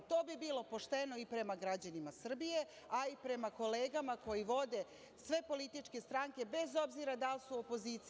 To bi bilo pošteno i prema građanima Srbije, a i prema kolegama koji vode sve političke stranke, bez obzira da li su opozicija ili pozicija.